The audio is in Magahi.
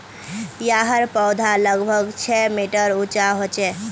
याहर पौधा लगभग छः मीटर उंचा होचे